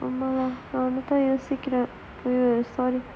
ஆமா:aamaa lah நான் அத தான் யோசிக்குறேன்:naan atha thaan yosikkuraen